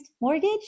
mortgage